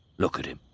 look at him.